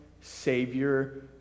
Savior